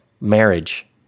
marriage